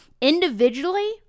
individually